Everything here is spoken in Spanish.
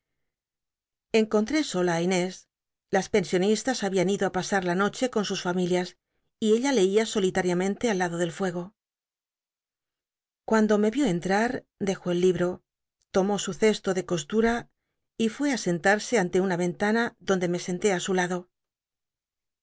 á inés las pensioni tas habían ido i pasa la noche con sus familias y ella lcia solitariamente al lado del ruego cuando me vió entta dejó el libro tomó su cesto de costura y fué á sentarse ante lllla ventana donde me senté i su lado